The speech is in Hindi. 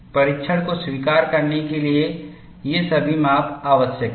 परीक्षण को स्वीकार करने के लिए ये सभी माप आवश्यक हैं